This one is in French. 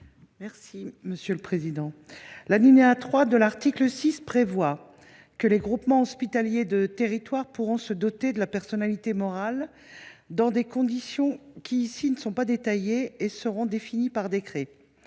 est à Mme Silvana Silvani. L’alinéa 3 de l’article 6 prévoit que les groupements hospitaliers de territoire (GHT) pourront se doter de la personnalité morale dans des conditions qui ne sont pas détaillées ici ; elles seront définies par décret.